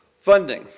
Funding